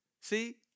See